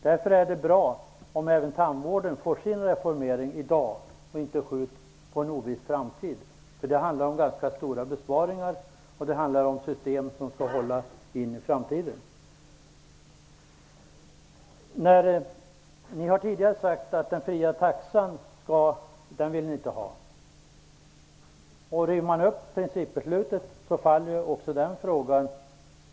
Därför är det bra om även tandvården får sin reformering i dag och om frågan inte skjuts upp på en oviss framtid. Det handlar om ganska stora besparingar och om system som skall hålla in i framtiden. Ni har tidigare sagt att ni inte vill ha den fria taxan. Om ni river upp principbeslutet faller också den frågan.